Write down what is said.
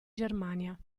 germania